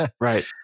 Right